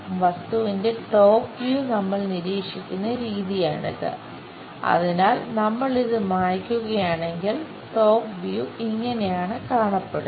വസ്തുവിന്റെ top view ഇങ്ങനെയാണ് കാണപ്പെടുന്നത്